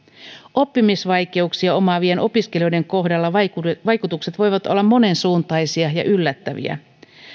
oppimisvaikeuksia omaavien opiskelijoiden kohdalla vaikutukset vaikutukset voivat olla monensuuntaisia ja yllättäviä